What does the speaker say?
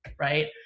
right